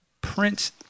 Prince